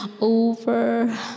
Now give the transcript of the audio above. over